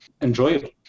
enjoyable